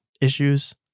issues